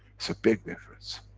it's a big difference.